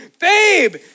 Babe